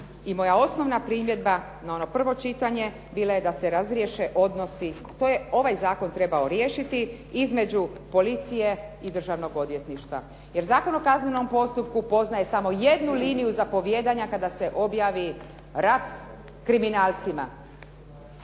i moja osnovna primjedba na ono prvo čitanje bila je da se razriješe odnosi, to je ovaj zakon trebao riješiti, između policije i državnog odvjetništva jer Zakon o kaznenom postupku poznaje samo jednu liniju zapovijedanja kada se objavi rat kriminalcima